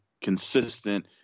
consistent